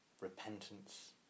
repentance